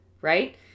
right